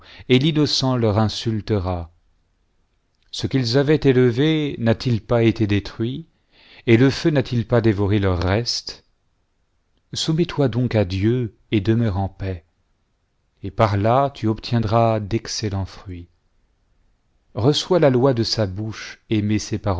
et l'innocent leur insulter ce qu'ils avaient élevé n'a-t-il pas été détruit et le feu n'a-t-il pas dévoré le reste soumise toi donc à dieu et demeure en paix et par la tu obtiendras d'excellents fruits reçois la loi de sa bouche